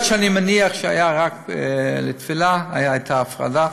היות שאני מניח שהיה רק לתפילה, הייתה הפרדה.